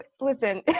Listen